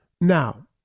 Now